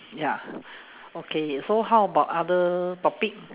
ya okay so how about other topic